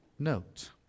note